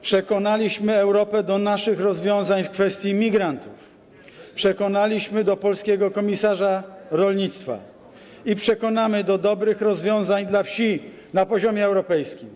Przekonaliśmy Europę do naszych rozwiązań w kwestii migrantów, przekonaliśmy do polskiego komisarza rolnictwa i przekonamy do dobrych rozwiązań dla wsi na poziomie europejskim.